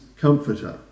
comforter